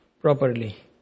properly